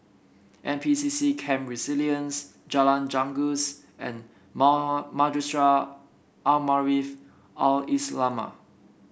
N P C C Camp Resilience Jalan Janggus and Mar Madrasah Al Maarif Al Islamiah